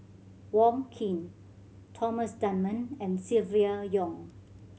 Wong Keen Thomas Dunman and Silvia Yong